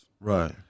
Right